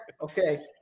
Okay